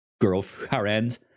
girlfriend